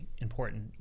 important